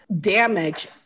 damage